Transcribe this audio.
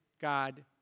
God